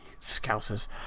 Scousers